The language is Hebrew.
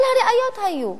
כל הראיות היו.